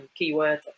keywords